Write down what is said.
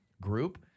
group